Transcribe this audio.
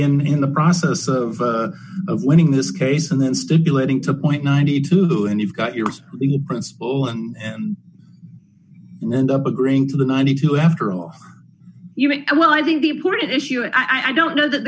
man in the process of winning this case and then stipulating to appoint ninety two and you've got yours principal and and end up agreeing to the ninety two after all you make well i think the important issue and i don't know that the